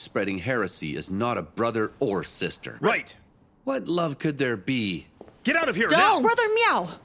spreading heresy is not a brother or sister right what love could there be get out of here